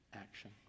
action